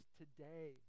today